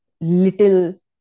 little